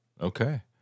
okay